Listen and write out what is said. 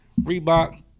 Reebok